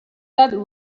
that